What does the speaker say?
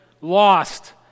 lost